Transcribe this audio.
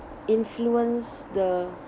influence the